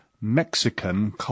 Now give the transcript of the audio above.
Mexican